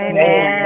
Amen